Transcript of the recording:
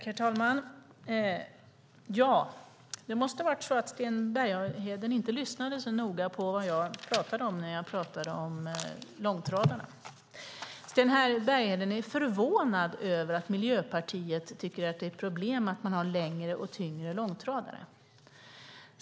Herr talman! Ja, det måste vara så att Sten Bergheden inte lyssnade så noga på vad jag sade när jag pratade om långtradarna. Sten Bergheden är förvånad över att Miljöpartiet tycker att det är ett problem med längre och tyngre långtradare.